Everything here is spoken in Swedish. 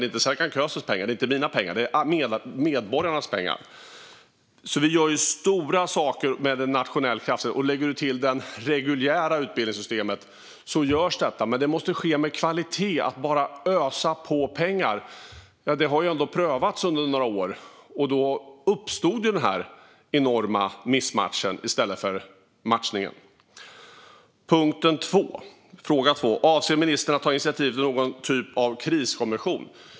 Det är inte Serkan Köses pengar. Det är inte mina pengar. Det är medborgarnas pengar. Vi gör stora saker för en nationell kraftsamling. Lägg därtill det reguljära utbildningssystemet. Det görs alltså saker. Men det måste ske med kvalitet. Att bara ösa på pengar har prövats under några år. Då uppstod den enorma missmatchningen i stället för matchningen. Den andra frågan lyder: Avser ministern att ta initiativ till någon typ av kriskommission?